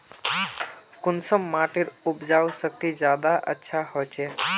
कुंसम माटिर उपजाऊ शक्ति ज्यादा अच्छा होचए?